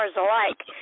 alike